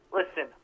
listen